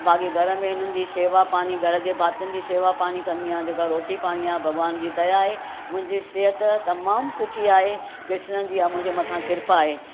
बाक़ी घर में हुननि जी शेवा पाणी घर जे भातियुनि जी शेवा पाणी कंदी आहियां जेका रोटी पाणी आहे भॻिवान जी दया आहे मुंहिंजी सिहत तमामु सुठी आहे कृष्ण जी इहा मुंहिंजे मथां कृपा आहे